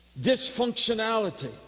dysfunctionality